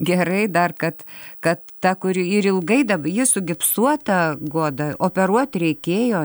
gerai dar kad kad ta kuri ir ilgai ji sugipsuota guoda operuot reikėjo